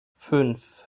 fünf